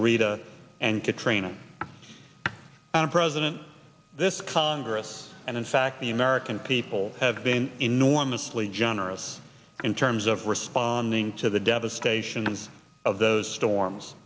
rita and katrina and president this congress and in fact the american people have been enormously generous in terms of responding to the devastation of those storms